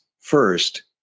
First